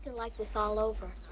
like this all over.